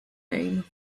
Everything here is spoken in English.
name